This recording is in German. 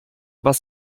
was